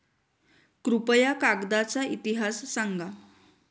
कृपया कागदाचा इतिहास सांगा